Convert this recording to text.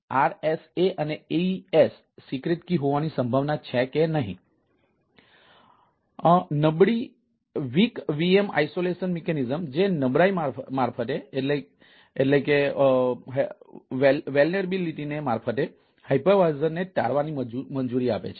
તેથી તેઓ અહીં મલ્ટિ ટેનન્સી ને ટાળવાની મંજૂરી આપે છે